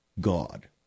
god